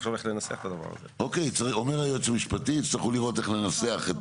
אומר היועץ המשפטי, יצטרכו לראות את לנסח את